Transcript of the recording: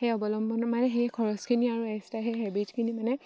সেই অৱলম্বনৰ মানে সেই খৰচখিনি আৰু এক্সট্ৰা সেই হেবিটছখিনি মানে